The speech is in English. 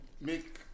make